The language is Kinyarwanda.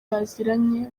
baziranye